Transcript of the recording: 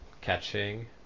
catching